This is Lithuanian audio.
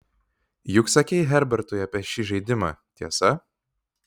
juk sakei herbertui apie šį žaidimą tiesa